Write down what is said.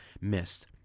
missed